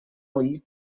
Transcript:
ull